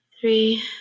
three